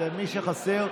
למי שחסר,